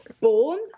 born